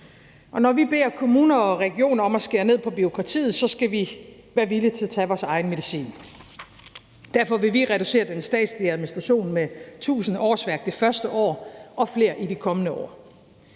Når vi beder kommuner og regioner om at skære ned på bureaukratiet, skal vi være villige til at tage vores egen medicin. Derfor vil vi reducere den statslige administration med 1.000årsværk det første år og flere i de kommende år.